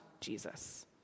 Jesus